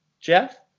Jeff